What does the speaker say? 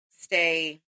stay